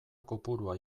kopurua